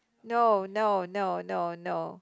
no no no no no